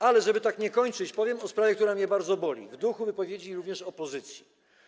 Ale żeby tak nie kończyć, powiem o sprawie, która mnie bardzo boli, w duchu wypowiedzi również opozycji.